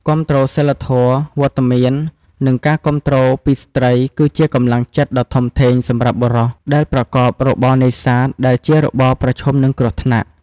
គាំទ្រសីលធម៌ វត្តមាន និងការគាំទ្រពីស្ត្រីគឺជាកម្លាំងចិត្តដ៏ធំធេងសម្រាប់បុរសដែលប្រកបរបរនេសាទ ដែលជារបរប្រឈមនឹងគ្រោះថ្នាក់។